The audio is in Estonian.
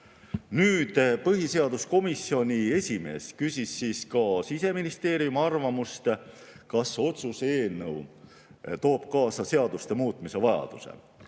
Põhiseaduskomisjoni esimees küsis ka Siseministeeriumi arvamust, kas otsuse eelnõu toob kaasa seaduste muutmise vajaduse.